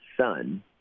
son